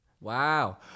Wow